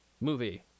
movie